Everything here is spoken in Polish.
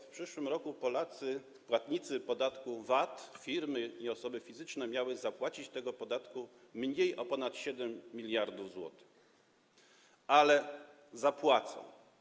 W przyszłym roku płatnicy podatku VAT, firmy i osoby fizyczne, mieli zapłacić tego podatku mniej o ponad 7 mld zł, ale zapłacą.